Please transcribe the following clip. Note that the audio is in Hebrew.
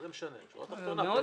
מה זה משנה, שורה תחתונה פה אחד.